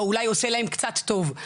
או שאולי זה עושה להם קצת טוב,